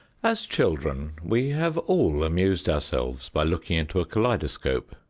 as children we have all amused ourselves by looking into a kaleidoscope,